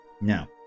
Now